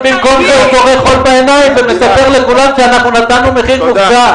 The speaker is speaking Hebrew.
במקום זה הוא מספר לכולם אנחנו נתנו מחיר מופקע.